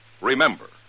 remember